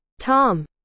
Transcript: tom